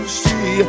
see